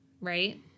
Right